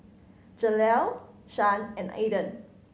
Jaleel Shan and Aydan